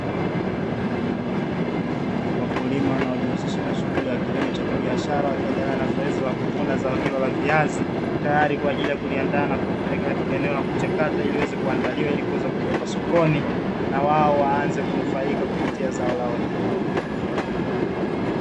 Wakulima wanaojihusisha na kilimo cha kibiashara, wakiendelea na zoezi la kuvuna zao hilo la viazi, tayari kwa ajili ya kuliandaa na kulipeleka katika eneo la kuchakata ili liweze kupelekwa sokoni na wao waanze kunufaika kupitia zao lao hilo.